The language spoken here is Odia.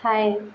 ଥାଏ